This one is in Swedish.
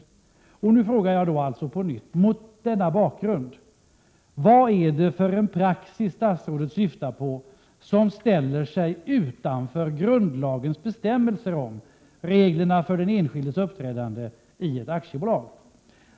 Mot denna bakgrund vill jag alltså på nytt fråga: Vilken praxis är det som statsrådet syftar på som ställs utanför grundlagens bestämmelser om reglerna för den enskildes uppträdande i ett aktiebolag?